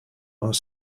are